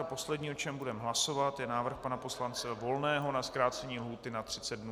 Poslední, o čem budeme hlasovat, je návrh pana poslance Volného na zkrácení lhůty na 30 dnů.